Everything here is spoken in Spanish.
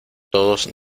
todos